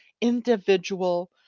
individual